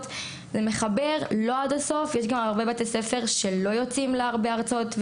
אבל יש הרבה בתי ספר שלא יוצאים להרבה הרצאות,